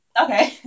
Okay